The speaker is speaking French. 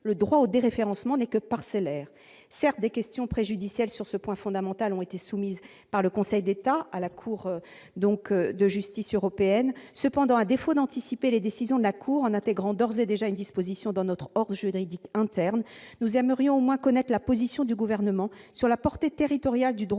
le droit au déréférencement n'est que parcellaire ! Certes, des questions préjudicielles sur ce point fondamental ont été soumises par le Conseil d'État à la Cour de justice de l'Union européenne. Toutefois, à défaut d'anticiper les décisions de la CJUE en intégrant d'ores et déjà une disposition dans notre ordre juridique interne, nous aimerions au moins connaître la position du Gouvernement sur la question. Celui-ci